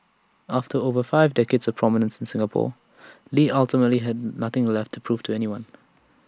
after over five decades of prominence in Singapore lee ultimately had nothing left to prove to anyone